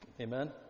Amen